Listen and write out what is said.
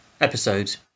episodes